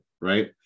Right